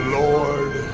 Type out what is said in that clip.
lord